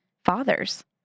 Fathers